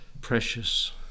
precious